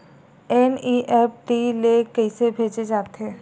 NEFT ले कइसे भेजे जाथे?